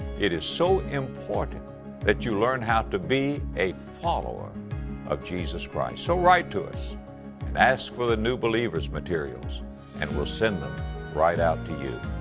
it is so important that you learn how to be a follower of jesus christ. so write to us and ask for the new believers materials and we'll send them right out to you.